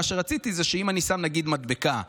מה שרציתי זה שאם אני שם נגיד מדבקה שאומרת: